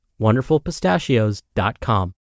wonderfulpistachios.com